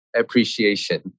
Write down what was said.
appreciation